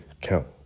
count